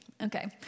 Okay